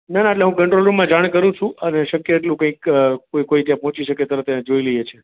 ના ના એટલે હું કંટ્રોલ રૂમમાં જાણ કરું છું અને શક્ય એટલું કંઈક કોઈ કોઈ ત્યાં પોચી શકે તરત ત્યાં જોઈ લઈએ છે